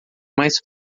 mais